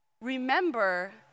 Remember